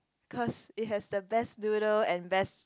cause it has the best noodle and best